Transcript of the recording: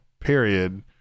period